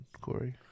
Corey